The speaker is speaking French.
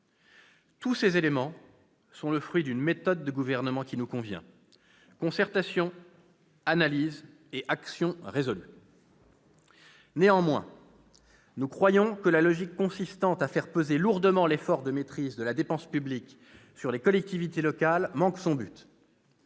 Tous ces éléments sont le fruit d'une méthode de gouvernement qui nous convient : concertation, analyse et action résolue. Néanmoins, nous croyons que la logique consistant à faire peser lourdement l'effort de maîtrise de la dépense publique sur les collectivités locales manque son but.